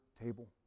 table